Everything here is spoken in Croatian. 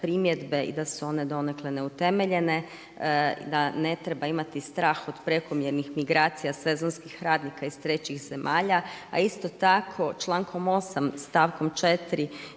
primjedbe i da su one donekle neutemeljene, da ne treba imati strah od prekomjernih migracija sezonskih radnika iz trećih zemalja. A isto tako člankom 8. stavkom 4.